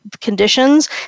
conditions